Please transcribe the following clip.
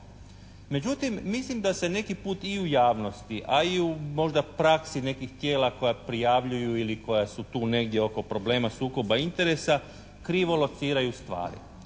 Međutim, mislim da se neki put i u javnosti a i u možda praksi nekih tijela koja prijavljuju ili koja su tu negdje oko problema sukoba interesa krivo lociraju stvari.